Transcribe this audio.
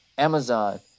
Amazon